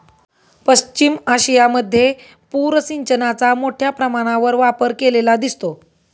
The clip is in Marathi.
पश्चिम आशियामध्ये पूर सिंचनाचा मोठ्या प्रमाणावर वापर केलेला दिसतो